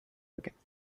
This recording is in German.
beginnen